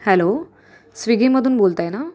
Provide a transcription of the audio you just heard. hello स्विगीमधून बोलत आहे ना